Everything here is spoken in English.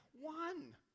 one